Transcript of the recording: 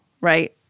right